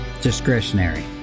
discretionary